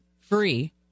free